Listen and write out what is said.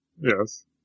Yes